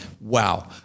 wow